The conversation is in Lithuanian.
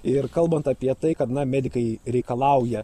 ir kalbant apie tai kad na medikai reikalauja